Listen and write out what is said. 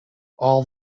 all